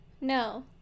no